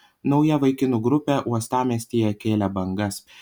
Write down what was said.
nauja vaikinų grupė uostamiestyje kėlė bangas